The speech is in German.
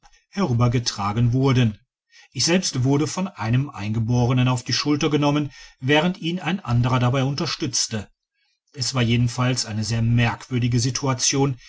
hinübergetragen wurden ich selbst wurde von einem eingeborenen auf die schulter genommen während ihn ein anderer dabei unterstützte es war jedenfalls eine sehr merkwürdige situation